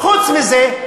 חוץ מזה,